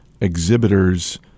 exhibitors